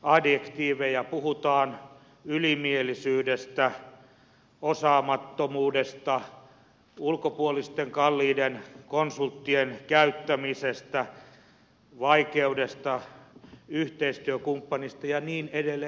puhutaan ylimielisyydestä osaamattomuudesta ulkopuolisten kalliiden konsulttien käyttämisestä vaikeasta yhteistyökumppanista ja niin edelleen